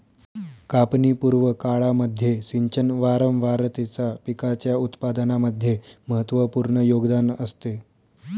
कापणी पूर्व काळामध्ये सिंचन वारंवारतेचा पिकाच्या उत्पादनामध्ये महत्त्वपूर्ण योगदान असते